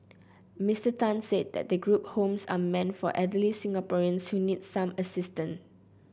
Mister Tan said the group homes are meant for elderly Singaporeans who need some assistance